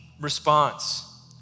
response